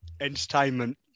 Entertainment